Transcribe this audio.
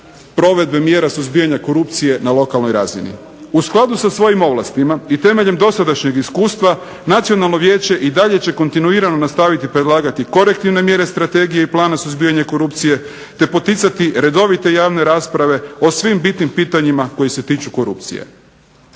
provedbe mjera suzbijanja korupcije na lokalnoj razini. U skladu sa svojim ovlastima, i temeljem dosadašnjeg iskustava, nacionalno vijeće i dalje će kontinuirano nastaviti predlagati korektivne mjere strategije i plana suzbijanja korupcije, te poticati redovite javne rasprave o svim bitnim pitanjima koji se tiču korupcije.